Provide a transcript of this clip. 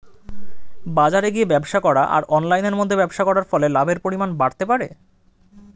বাজারে গিয়ে ব্যবসা করা আর অনলাইনের মধ্যে ব্যবসা করার ফলে লাভের পরিমাণ বাড়তে পারে?